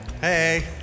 Hey